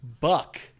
Buck